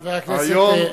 חבר הכנסת אלקין,